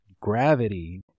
gravity